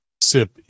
sip